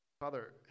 Father